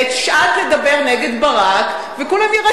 שהיה ראוי ונכון,